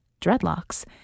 dreadlocks